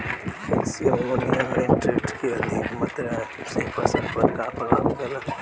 Calcium ammonium nitrate के अधिक मात्रा से फसल पर का प्रभाव होखेला?